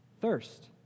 thirst